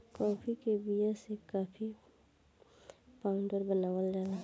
काफी के बिया से काफी पाउडर बनावल जाला